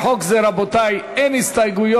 לחוק זה, רבותי, אין הסתייגויות,